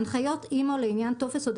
"הנחיות אימ"ו לעניין תכנית ניהול אשפה"